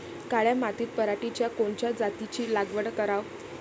काळ्या मातीत पराटीच्या कोनच्या जातीची लागवड कराव?